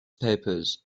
papers